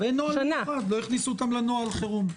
לא הכניסו אותם לנוהל חירום,